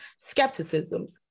skepticisms